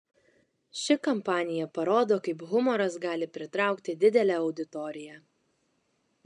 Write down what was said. ši kampanija parodo kaip humoras gali pritraukti didelę auditoriją